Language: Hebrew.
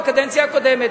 בקדנציה הקודמת,